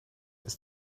ist